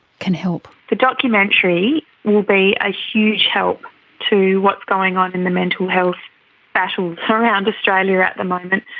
can help? the documentary will be a huge help to what's going on in the mental health battles around australia at the moment,